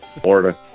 Florida